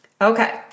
Okay